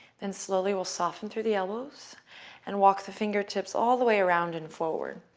then slowly we'll soften through the elbows and walk the fingertips all the way around and forward.